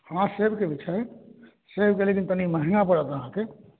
हँ सेबके भी छै सेबके लेकिन तनि महँगा पड़त अहाँके